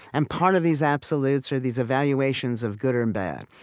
and part of these absolutes are these evaluations of good or and bad.